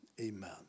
amen